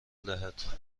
دهد